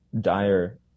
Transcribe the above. dire